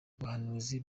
ubuhanuzi